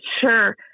sure